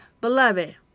Beloved